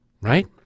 right